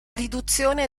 riduzione